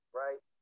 right